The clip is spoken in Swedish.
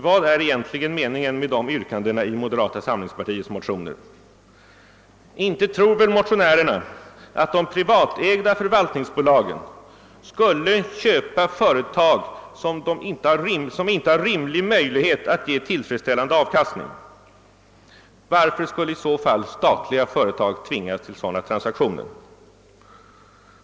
Vad är egentligen meningen med de yrkandena i moderata samlingspartiets motioner? Inte tror väl motionärerna att de privatägda förvaltningsbolagen skulle köpa företag som inte har rimlig möjlighet att ge tillfreds ställande avkastning? Varför skulle i så fall statliga företag tvingas till sådana transaktioner?